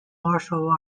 martial